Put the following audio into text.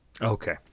Okay